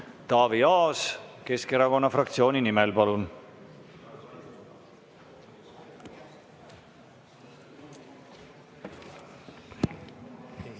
Taavi Aas Keskerakonna fraktsiooni nimel, palun!